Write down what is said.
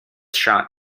shot